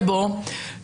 תפקידו.